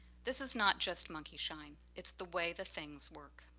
this is not just monkeyshine. it's the way the things work.